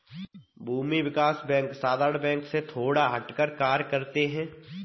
भूमि विकास बैंक साधारण बैंक से थोड़ा हटकर कार्य करते है